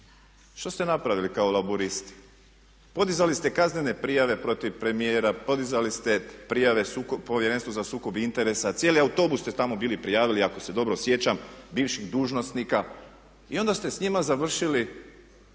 Što ste napravili kao Laburisti? Podizali ste kaznene prijave protiv premijera, podizali ste prijave sukoba Povjerenstvu za sukob interesa, cijeli autobus ste tamo bili prijavili ako se dobro sjećam bivših dužnosnika. I onda ste s njima završili